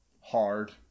hard